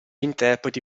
interpreti